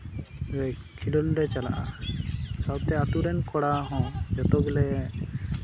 ᱠᱷᱮᱞᱚᱸᱰ ᱞᱮ ᱪᱟᱞᱟᱜᱼᱟ ᱥᱟᱶᱛᱮ ᱟᱛᱳ ᱨᱮᱱ ᱠᱚᱲᱟ ᱦᱚᱸ ᱡᱚᱛᱚ ᱜᱮᱞᱮ